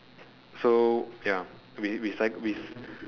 so ya we we sight we